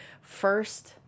first